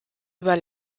über